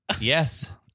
yes